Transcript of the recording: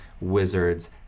wizards